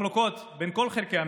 והמחלוקות בין כל חלקי המדינה,